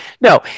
No